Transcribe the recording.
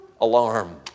Alarm